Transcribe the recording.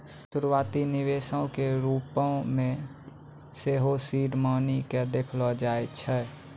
शुरुआती निवेशो के रुपो मे सेहो सीड मनी के देखलो जाय छै